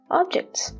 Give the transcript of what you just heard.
objects